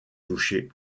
touché